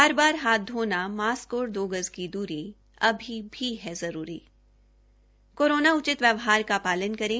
बार बार हाथ धोना मास्क और दो गज की द्री अभी भी है जरूरी कोरोना उचित व्यवहार का शालन करे